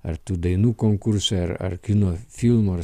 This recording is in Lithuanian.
ar tų dainų konkursą ar ar kino filmų ar